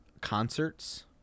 concerts